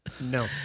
No